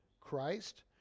Christ